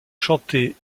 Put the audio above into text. chanter